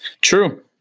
True